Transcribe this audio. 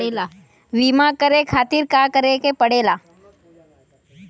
बीमा करे खातिर का करे के पड़ेला?